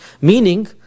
meaning